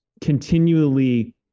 continually